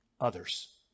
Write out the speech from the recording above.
others